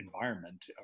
environment